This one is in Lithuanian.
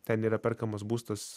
ten yra perkamas būstas